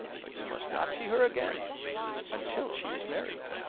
but you must not see her again until she is married